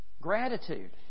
gratitude